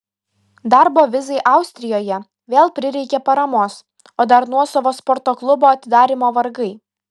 darbo vizai austrijoje vėl prireikė paramos o dar nuosavo sporto klubo atidarymo vargai